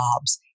jobs